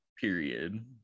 Period